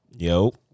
Yo